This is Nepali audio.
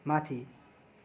माथि